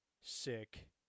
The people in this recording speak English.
sick